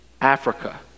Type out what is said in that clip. Africa